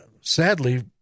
sadly